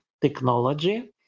technology